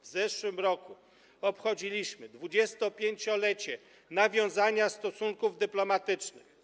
W zeszłym roku obchodziliśmy 25-lecie nawiązania stosunków dyplomatycznych.